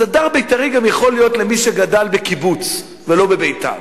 אז הדר בית"רי גם יכול להיות למי שגדל בקיבוץ ולא בבית"ר,